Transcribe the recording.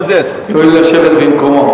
יואיל לשבת במקומו.